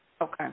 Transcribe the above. Okay